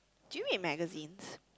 do you read magazines